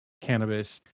cannabis